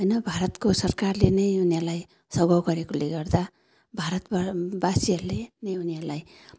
होइन भारतको सरकारले नै उनीहरूलाई सगाउ गरेकोले गर्दा भारतमा वासीहरूले नै उनीहरूलाई